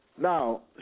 Now